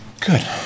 good